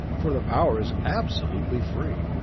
for the power is absolutely free.